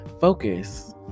Focus